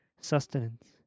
sustenance